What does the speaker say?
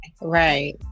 right